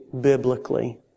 biblically